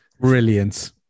Brilliant